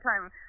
time